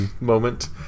moment